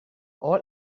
all